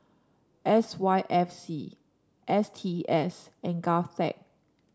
S Y F C S T S and Govtech